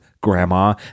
grandma